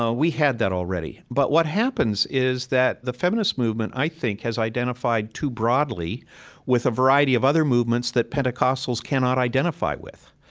ah we had that already but what happens is that the feminist movement, i think, has identified too broadly with a variety of other movements that pentecostals cannot identify with.